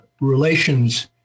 relations